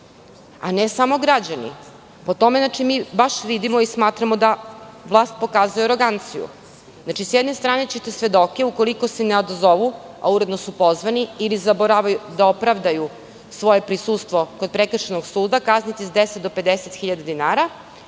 a ne samo građani? Po tome baš vidimo i smatramo da vlast pokazuje aroganciju. S jedne strane ćete svedoke, ukoliko se ne odazovu, a uredno su pozvani ili zaborave da opravdaju svoje prisustvo kod prekršajnog suda, kazniti sa 10 do 50 hiljada dinara,